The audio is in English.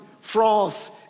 France